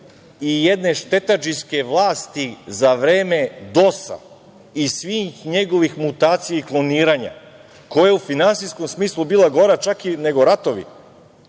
i jedne štetadžijske vlasti za vreme DOS-a i svih njegovih mutacija i kloniranja koja je u finansijskom smislu bila gora nego ratovi,